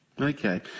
Okay